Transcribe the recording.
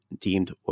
deemed